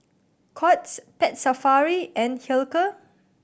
Courts Pet Safari and Hilker